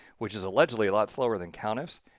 which is allegedly a lot slower than countifs.